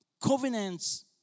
Covenants